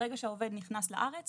ברגע שהעובד נכנס לארץ